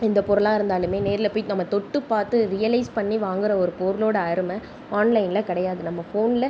எந்த பொருளாக இருந்தாலும் நேரில் போய் நம்ம தொட்டு பார்த்து ரியலைஸ் பண்ணி வாங்கிற ஒரு பொருளோட அருமை ஆன்லைனில் கிடையாது நம்ம ஃபோனில்